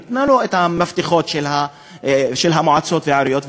ייתנו את המפתחות של המועצות והעיריות,